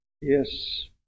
Yes